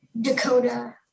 Dakota